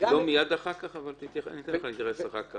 לא מיד אחר כך, אבל אני אתן לך להתייחס אחר כך.